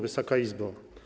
Wysoka Izbo!